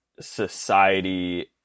society